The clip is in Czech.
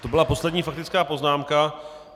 To byla poslední faktická poznámka.